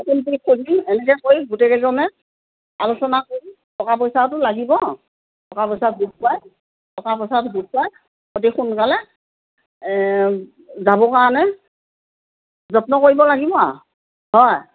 এনেকে কৰি গোটেইকেইজনে আলোচনা কৰি টকা পইচাওতো লাগিব টকা পইচা গোট খোৱাই টকা পইচা গোট খোৱাই অতি সোনকালে যাবৰ কাৰণে যত্ন কৰিব লাগিব আৰু হয়